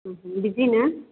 బిజీనా